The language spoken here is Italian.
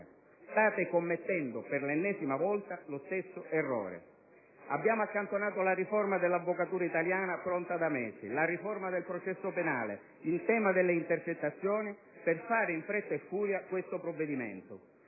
State commettendo, per l'ennesima volta, lo stesso errore. Abbiamo accantonato la riforma dell'Avvocatura italiana pronta da mesi, la riforma del processo penale, il tema delle intercettazioni per fare in fretta e furia questo provvedimento.